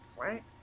right